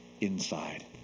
inside